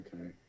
okay